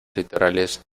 litorales